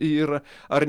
yra ar